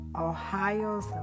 Ohio's